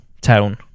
town